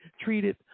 treated